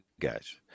guys